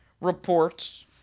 reports